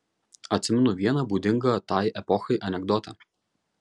atsimenu vieną būdingą tai epochai anekdotą